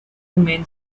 main